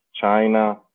China